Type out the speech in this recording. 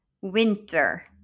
Winter